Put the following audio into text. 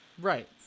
right